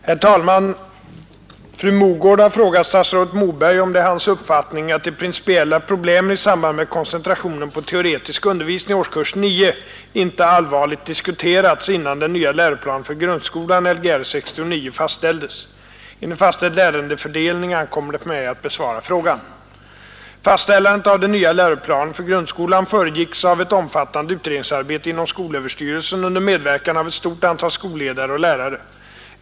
Herr talman! Fru Mogård har frågat statsrådet Moberg, om det är hans uppfattning att de principiella problemen i samband med koncentrationen på teoretisk undervisning i årskurs 9 inte allvarligt diskuterats innan den nya läroplanen för grundskolan, Lgr 69, fastställdes. Enligt fastställd ärendefördelning ankommer det på mig att besvara frågan. Fastställandet av den nya läroplanen för grundskolan föregicks av ett omfattande utredningsarbete inom skolöverstyrelsen under medverkan av ett stort antal skolledare och lärare.